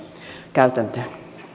käytäntöön